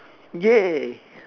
!yay!